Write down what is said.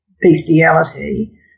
bestiality